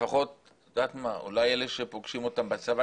לפחות אלה שפוגשים אותם בצבא,